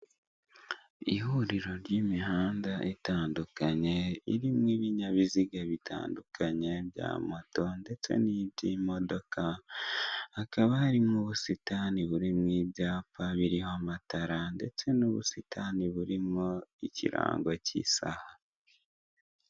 Ihuriro ry'imihanda itandukanye irimo ibinyabiziga bitandukanye bya moto ndetse niby'imodoka hakaba hari n'ubusitani burimo ibyapa biriho amatara ndetse n'ubusitani burimo ikirango k'isaha.